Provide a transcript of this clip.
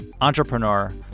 entrepreneur